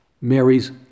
Mary's